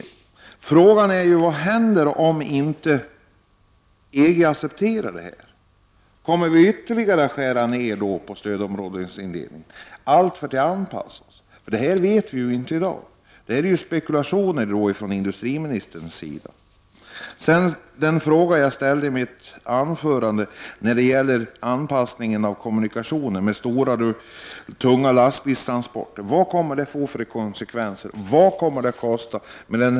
Men frågan är vad som händer om EG inte accepterar det här. Kommer då stödområdesindelningen att ytterligare skäras ner, allt för att anpassa oss till EG? Det här vet vi ingenting om i dag. Det är bara fråga om spekulationer från industriministerns sida. Jag ställde en fråga i mitt anförande angående anpassningen av kommunikationer, främst stora, tunga lastbilstransporter. Vad kommer en sådan anpassning att få för konsekvenser? Vad kommer det att kosta?